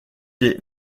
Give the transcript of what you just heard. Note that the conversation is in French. des